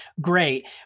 Great